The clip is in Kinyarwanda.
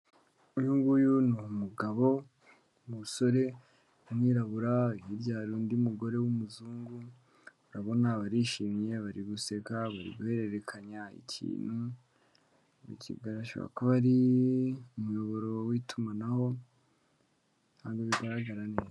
Uyunguyu ni umugabo, umusore w'umwirabura hirya hari undi mugore w'umuzungu. urabona barishimye, bari guseka, bari guherekanya ikintu. Ashobora kuba ari umurongo w'itumanaho, ntago bigaragara neza.